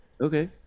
Okay